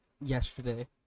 yesterday